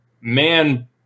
man